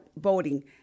voting